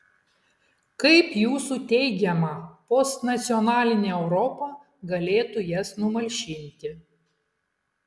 kaip jūsų teigiama postnacionalinė europa galėtų jas numalšinti